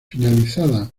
finalizada